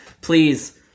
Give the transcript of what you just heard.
please